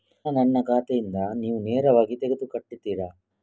ಹಣ ನನ್ನ ಖಾತೆಯಿಂದ ನೀವು ನೇರವಾಗಿ ತೆಗೆದು ಕಟ್ಟುತ್ತೀರ?